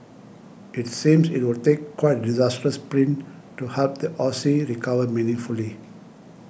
it seems it would take quite disastrous print to help the Aussie recovered meaningfully